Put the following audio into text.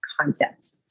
concept